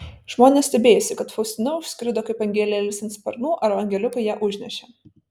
žmonės stebėjosi kad faustina užskrido kaip angelėlis ant sparnų ar angeliukai ją užnešė